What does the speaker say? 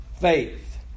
Faith